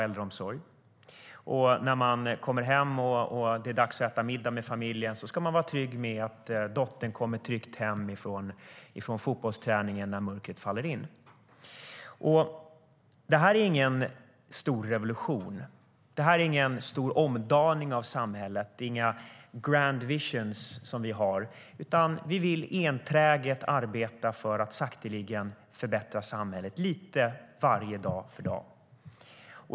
När man sedan kommer hem och det är dags att äta middag med familjen ska man vara trygg med att dottern kommer tryggt hem från fotbollsträningen när mörkret faller på. Det är ingen stor revolution. Det är ingen stor omdaning av samhället. Det är inga grand visions som vi har, utan vi vill enträget arbeta för att sakteligen förbättra samhället lite dag för dag.